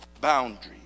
boundaries